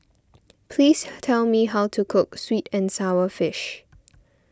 please tell me how to cook Sweet and Sour Fish